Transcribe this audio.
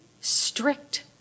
strict